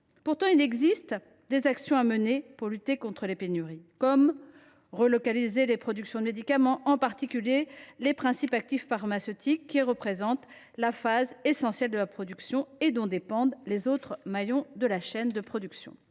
Pourtant, des actions peuvent être menées pour lutter contre les pénuries. Il est ainsi possible de relocaliser les productions de médicaments, en particulier des principes actifs pharmaceutiques, qui représentent la phase essentielle de la production et dont dépendent les autres maillons de la chaîne de production.